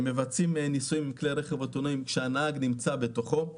ניסויים עם כלי רכב אוטונומיים כשהנהג נמצא בתוכו.